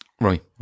right